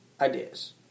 ideas